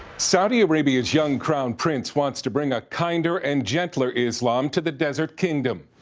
saudi arabia's young crown prince wants to bring a kinder and gentler islam to the desert kingdom.